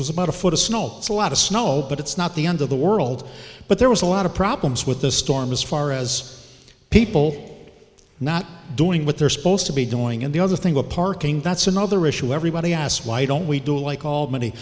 was about a foot of snow it's a lot of snow but it's not the end of the world but there was a lot of problems with this storm as far as people not doing what they're supposed to be doing and the other thing the parking that's another issue everybody asks why don't we do it like al